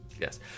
Yes